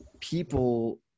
people